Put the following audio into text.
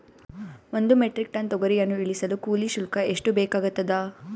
ಒಂದು metric ton ತೊಗರಿಯನ್ನು ಇಳಿಸಲು ಕೂಲಿ ಶುಲ್ಕ ಎಷ್ಟು ಬೇಕಾಗತದಾ?